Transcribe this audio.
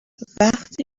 وقتی